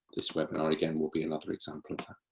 this webinar again will be another example of that.